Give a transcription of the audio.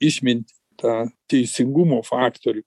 išmintį tą teisingumo faktorių